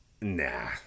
Nah